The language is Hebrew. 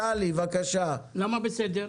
למה בסדר?